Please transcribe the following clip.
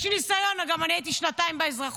יש לי ניסיון, גם אני הייתי שנתיים באזרחות.